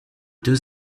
deux